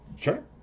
Sure